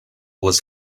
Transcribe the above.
was